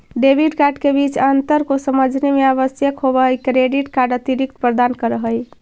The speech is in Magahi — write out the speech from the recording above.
डेबिट कार्ड के बीच अंतर को समझे मे आवश्यक होव है क्रेडिट कार्ड अतिरिक्त प्रदान कर है?